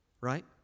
right